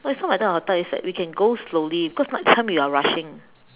no it's not whether hotel is that we can go slowly cause last time we are rushing